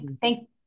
thank